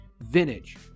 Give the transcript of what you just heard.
vintage